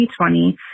2020